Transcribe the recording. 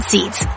Seats